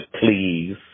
please